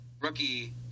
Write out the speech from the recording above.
rookie